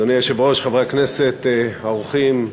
אדוני היושב-ראש, חברי הכנסת, האורחים,